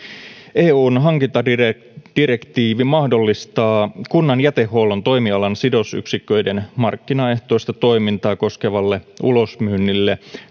eun hankintadirektiivi mahdollistaa kunnan jätehuollon toimialan sidosyksiköiden markkinaehtoista toimintaa koskevalle ulosmyynnille